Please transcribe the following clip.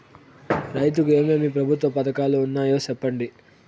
రైతుకు ఏమేమి ప్రభుత్వ పథకాలు ఉన్నాయో సెప్పండి?